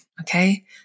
Okay